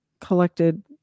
Collected